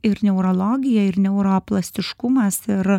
ir neurologija ir neuroplastiškumas ir